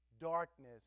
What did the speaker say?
darkness